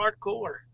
hardcore